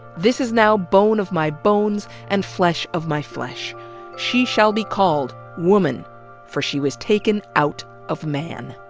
this is now bone of my bones and flesh of my flesh she shall be called woman for she was taken out of man.